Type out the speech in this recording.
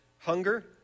hunger